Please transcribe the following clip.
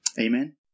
Amen